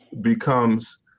becomes